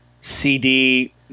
CD